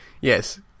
yes